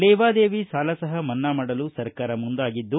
ಲೇವಾದೇವಿ ಸಾಲ ಸಹ ಮನ್ನಾ ಮಾಡಲು ಸರ್ಕಾರ ಮುಂದಾಗಿದ್ದು